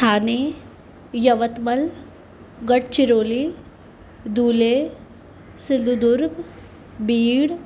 Thane Yavatmal Gadchiroli Dhule Sindhudurg Beed